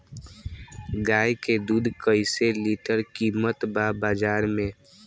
गाय के दूध कइसे लीटर कीमत बा बाज़ार मे?